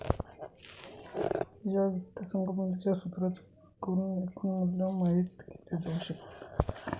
या वित्त संकल्पनेच्या सूत्राचा उपयोग करुन एकूण मूल्य माहित केले जाऊ शकते